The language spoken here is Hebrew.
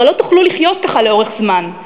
הרי לא תוכלו לחיות ככה לאורך זמן.